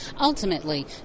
Ultimately